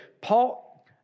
Paul